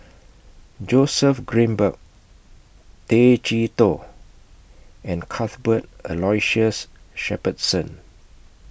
Joseph Grimberg Tay Chee Toh and Cuthbert Aloysius Shepherdson